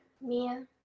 Mia